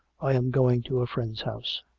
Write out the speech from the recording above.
i am going to a friend's house.